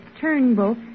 Turnbull